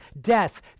death